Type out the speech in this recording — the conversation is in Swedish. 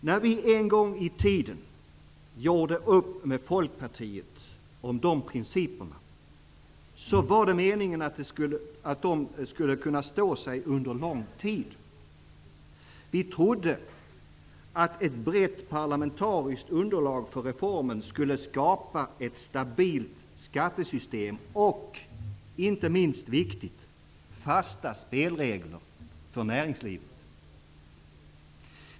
När vi en gång i tiden gjorde upp med Folkpartiet om dessa principer var avsikten att dessa skulle kunna stå sig under lång tid. Vi trodde att ett brett parlamentariskt underlag för reformen skulle skapa ett stabilt skattesystem och -- inte minst viktigt -- fasta spelregler för näringslivet.